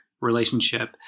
relationship